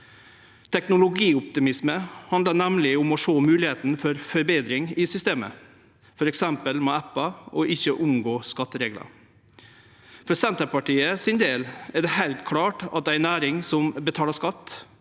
Teknologioptimisme handlar nemleg om å sjå moglegheitene for forbetring i systemet, f.eks. med appar, og ikkje om å unngå skattereglar. For Senterpartiet sin del er det heilt klart at ei næring som betalar skatt,